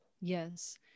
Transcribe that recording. Yes